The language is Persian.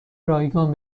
رایگان